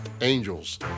angels